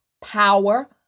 Power